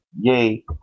Yay